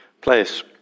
place